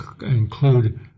include